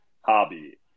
hobby